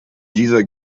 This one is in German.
dieser